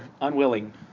unwilling